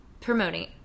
promoting